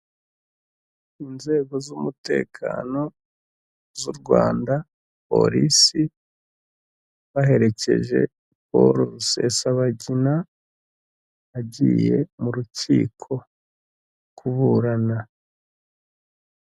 Inzego z'umutekano z'u Rwanda polisi, baherekeje Polo Rusesabagina agiye mu rukiko kuburana.